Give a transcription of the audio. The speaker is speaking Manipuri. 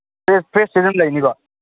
ꯐ꯭ꯔꯦꯁ ꯐ꯭ꯔꯦꯁꯇꯨ ꯑꯗꯨꯝ ꯂꯩꯅꯤꯀꯣ